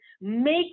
make